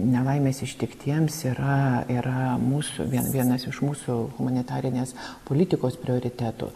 nelaimės ištiktiems yra yra mūsų vien vienas iš mūsų humanitarinės politikos prioritetų